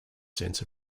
sense